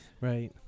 right